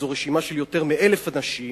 זו רשימה של יותר מ-1,000 אנשים,